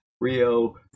Rio